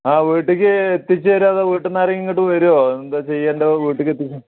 ആ വീട്ടിലേക്ക് എത്തിച്ചേരുമോ അതോ വീട്ടിൽ നിന്നാരെങ്കിലും ഇങ്ങോട്ട് വരുമോ എന്താണ് ചെയ്യേണ്ടത് വീട്ടിലേക്കെത്തിയ്ക്കാൻ